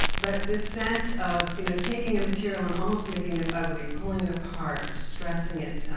but this sense of you know taking a material and almost making it ugly, pulling it apart, distressing it,